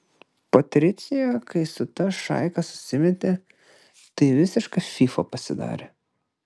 patricija kai su ta šaika susimetė tai visiška fyfa pasidarė